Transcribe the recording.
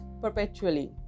perpetually